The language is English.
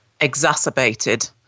exacerbated